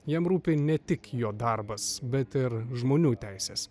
jam rūpi ne tik jo darbas bet ir žmonių teisės